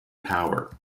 power